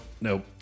nope